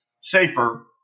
safer